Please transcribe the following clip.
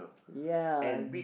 ya